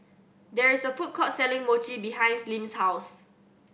there is a food court selling Mochi behind Lim's house